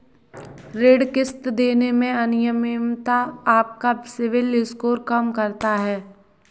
ऋण किश्त देने में अनियमितता आपका सिबिल स्कोर कम करता है